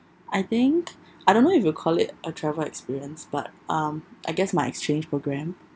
I think I don't know if you call it a travel experience but um I guess my exchange program